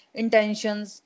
intentions